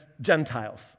Gentiles